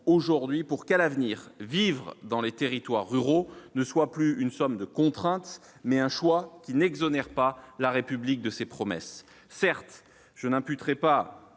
aujourd'hui pour qu'à l'avenir, vivre dans les territoires ruraux ne soit plus une somme de contrainte, mais un choix qui n'exonère pas la République de ses promesses, certes, je n'ai pu très pas